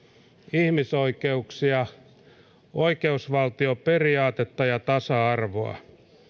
ihmisoikeuksia oikeusvaltioperiaatetta ja tasa arvoa